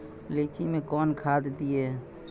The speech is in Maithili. लीची मैं कौन खाद दिए?